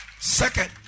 Second